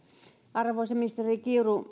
arvoisa ministeri kiuru